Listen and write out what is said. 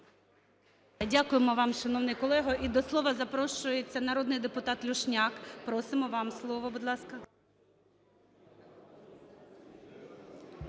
Дякуємо вам, шановний колего. І до слова запрошується народний депутат Люшняк. Просимо, вам слово, будь ласка.